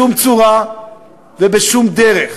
בשום צורה ובשום דרך